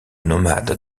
nomades